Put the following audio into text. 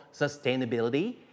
sustainability